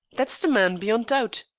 that's the man beyond doubt.